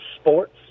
sports